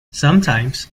sometimes